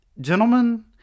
gentlemen